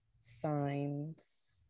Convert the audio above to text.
signs